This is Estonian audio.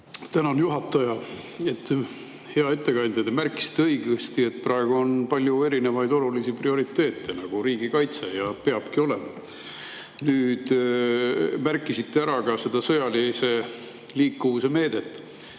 Tänan, juhataja! Hea ettekandja! Te märkisite õigesti, et praegu on palju erinevaid olulisi prioriteete, nagu riigikaitse, ja peabki olema. Nüüd märkisite ära ka selle sõjalise liikuvuse meetme.